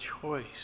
choice